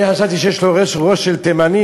אני חשבתי שיש לו ראש של תימני,